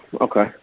Okay